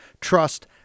trust